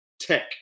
tech